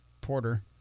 Porter